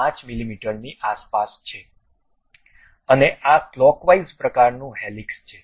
5 મીમીની આસપાસ છે અને આ ક્લોકવાઇઝ પ્રકારનું હેલિક્સ છે